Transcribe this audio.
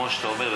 כמו שאתה אומר,